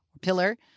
Pillar